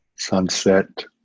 Sunset